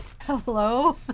Hello